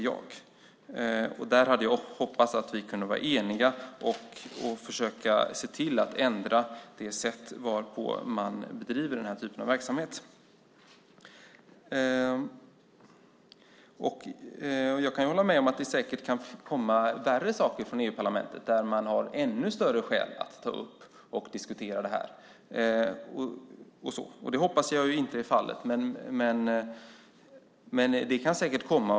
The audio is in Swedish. Jag hade hoppats att vi kunde vara eniga där och försöka ändra det sätt varpå man bedriver den här typen av verksamhet. Jag kan hålla med om att det säkert kan komma värre saker från EU-parlamentet där man har ännu större skäl att ta upp och diskutera det här. Jag hoppas att så inte är fallet, men det kan säkert komma.